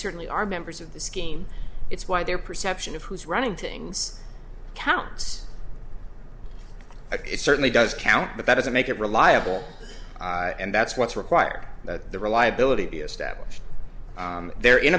certainly are members of the scheme it's why their perception of who's running things counts it certainly does count but that doesn't make it reliable and that's what's required that the reliability be established they're in